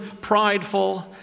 prideful